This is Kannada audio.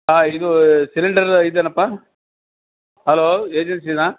ಹಾಂ ಇದು ಸಿಲಿಂಡರ್ ಇದು ಏನಪ್ಪಾ ಹಲೋ ಏಜೆನ್ಸಿನಾ